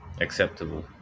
acceptable